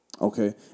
Okay